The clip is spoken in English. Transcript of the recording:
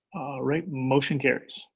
right, motion carries.